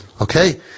okay